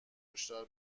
هشدار